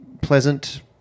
pleasant